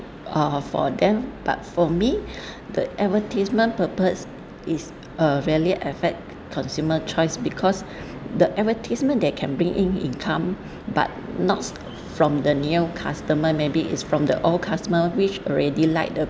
uh for them but for me the advertisement purpose is uh rarely affect consumer choice because the advertisement that can bring in income but not from the new customer maybe is from the old customer which already like the